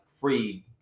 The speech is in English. free